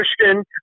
Christian